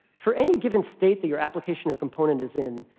for any given state that your application or component is in,